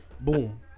boom